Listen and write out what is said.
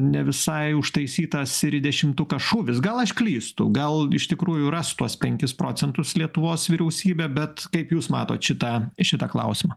ne visai užtaisytas ir į dešimtuką šūvis gal aš klystu gal iš tikrųjų ras tuos penkis procentus lietuvos vyriausybė bet kaip jūs matot šitą šitą klausimą